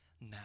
now